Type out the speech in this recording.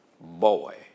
boy